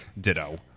Ditto